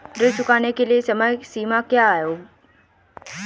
ऋण चुकाने की समय सीमा क्या है?